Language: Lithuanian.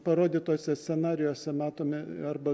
parodytuose scenarijuose matome arba